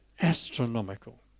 astronomical